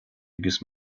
agus